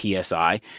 PSI